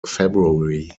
february